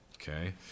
Okay